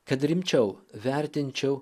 kad rimčiau vertinčiau